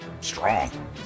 strong